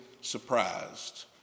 surprised